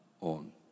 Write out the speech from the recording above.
on